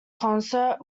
concert